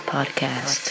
Podcast